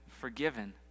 forgiven